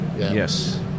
Yes